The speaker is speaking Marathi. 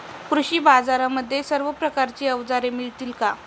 कृषी बाजारांमध्ये सर्व प्रकारची अवजारे मिळतील का?